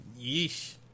Yeesh